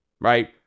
right